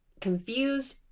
confused